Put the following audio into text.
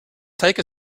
take